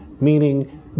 meaning